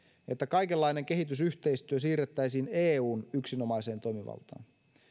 että kaikenlainen kehitysyhteistyö siirrettäisiin eun yksinomaiseen toimivaltaan